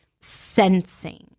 sensing